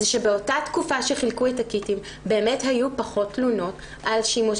זה שבאותה תקופה שחילקו את ה-kits באמת היו פחות תלונות על שימוש,